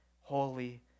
holy